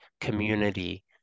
community